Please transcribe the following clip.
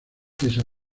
esa